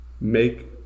make